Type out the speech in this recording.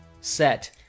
set